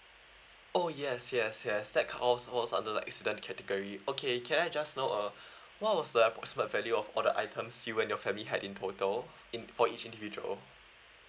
oh yes yes yes that calls falls under accident category okay can I just know uh what was the approximate value of all the items you and your family had in total it for each individual